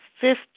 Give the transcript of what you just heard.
fifth